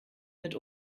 mit